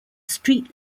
street